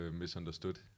misunderstood